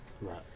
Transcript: Right